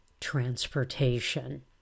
transportation